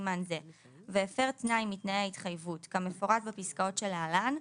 סימן זה והפר תנאי מתנאי ההתחייבות כמפורט בפסקאות שלהלן,